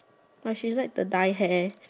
she like to dye hair